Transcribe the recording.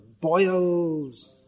boils